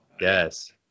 Yes